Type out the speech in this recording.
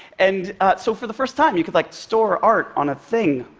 and so for the first time, you could like store art on a thing,